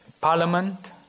parliament